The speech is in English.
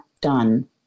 done